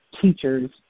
teachers